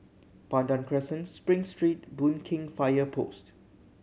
Pandan Crescent Spring Street Boon Keng Fire Post